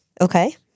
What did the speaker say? Okay